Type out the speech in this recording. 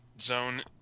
zone